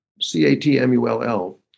C-A-T-M-U-L-L